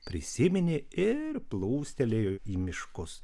prisiminė ir plūstelėjo į miškus